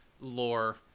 lore